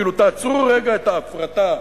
כאילו, תעצרו רגע את ההפרטה.